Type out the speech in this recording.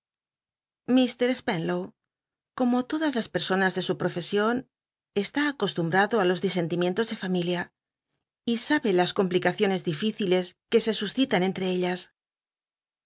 mr spenlow como todas las personas de su prorcsion está acostumbmdo á los di senti mientos de familin y sabe las complicaciones difíciles que se suscitan entre ellas